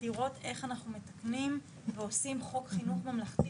לראות איך אנחנו מתקנים ועושים חוק חינוך ממלכתי